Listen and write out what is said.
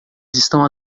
estão